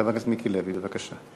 חבר הכנסת מיקי לוי, בבקשה.